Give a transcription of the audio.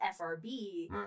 FRB